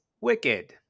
Wicked